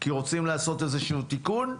כי רוצים לעשות איזה תיקון.